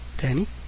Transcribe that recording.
Danny